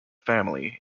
family